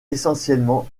essentiellement